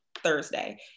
thursday